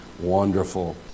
wonderful